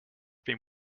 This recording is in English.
been